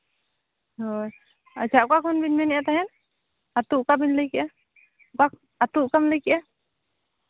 ᱦᱳᱭ ᱟᱪᱪᱷᱟ ᱚᱠᱟ ᱠᱷᱚᱱ ᱵᱤᱱ ᱢᱮᱱᱮᱫ ᱛᱟᱦᱮᱱ ᱟᱛᱳ ᱚᱠᱟ ᱵᱤᱱ ᱞᱟᱹᱭ ᱠᱮᱜᱼᱟ ᱟᱛᱳ ᱚᱠᱟᱢ ᱞᱟᱹᱭ ᱠᱮᱜᱼᱟ